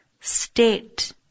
state